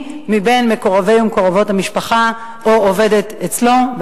מבין מקורבי או מקורבות המשפחה או עובדת אצלו,